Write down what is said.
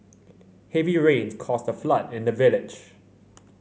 heavy rains caused a flood in the village